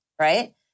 right